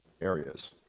areas